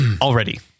Already